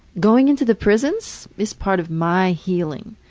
going into the prisons is part of my healing.